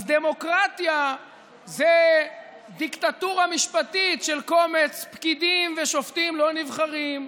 אז דמוקרטיה זו דיקטטורה משפטית של קומץ פקידים ושופטים לא נבחרים.